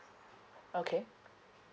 okay